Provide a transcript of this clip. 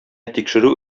тикшерү